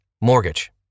mortgage